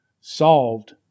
solved